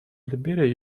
либерии